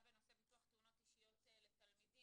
בנושא ביטוח תאונות אישיות לתלמידים.